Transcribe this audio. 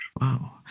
Wow